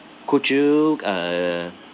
could you uh